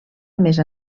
més